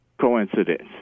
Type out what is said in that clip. coincidence